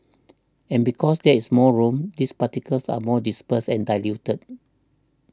and because there is more room these particles are more dispersed and diluted